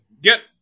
get